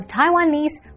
Taiwanese